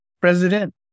president